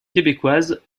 québécoise